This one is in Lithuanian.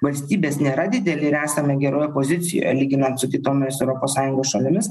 valstybės nėra didelė ir esame geroj pozicijoj lyginan su kitomis europos sąjungos šalimis